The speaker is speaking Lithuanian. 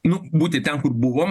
nu būti ten kur buvom